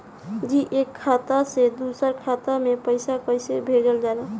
जी एक खाता से दूसर खाता में पैसा कइसे भेजल जाला?